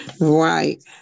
Right